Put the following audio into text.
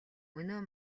өнөө